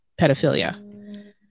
pedophilia